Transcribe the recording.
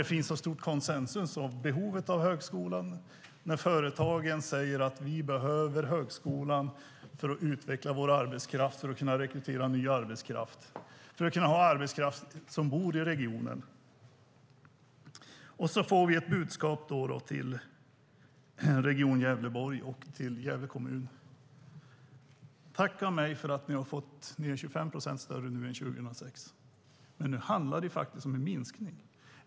Det finns en bred konsensus om behovet av högskolan. Företagen säger att de behöver högskolan för att kunna utveckla sin arbetskraft, rekrytera ny arbetskraft och ha arbetskraft som bor i regionen. Så får vi ett budskap från Jan Björklund till Region Gävleborg och Gävle kommun: Tacka mig för att ni är 25 procent större nu än 2006! Men nu handlar det faktiskt om en minskning.